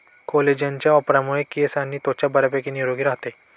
कोलेजनच्या वापरामुळे केस आणि त्वचा बऱ्यापैकी निरोगी राहते